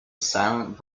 silent